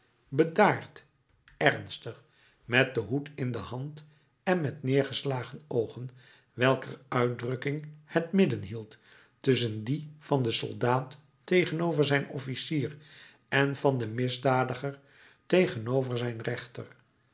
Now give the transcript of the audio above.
bedaard ernstig met den hoed in de hand en met neergeslagen oogen welker uitdrukking het midden hield tusschen die van den soldaat tegenover zijn officier en van den misdadiger tegenover zijn rechter